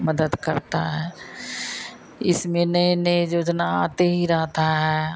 मदद करता है इसमें नई नई योजना आती ही रहती है